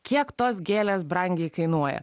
kiek tos gėlės brangiai kainuoja